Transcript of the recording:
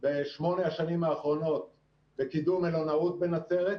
בשמונה השנים האחרונות לקידום מלונאות בנצרת,